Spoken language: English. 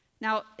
Now